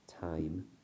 time